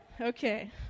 Okay